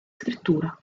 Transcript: scrittura